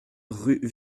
rue